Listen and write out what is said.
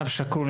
אב שכול,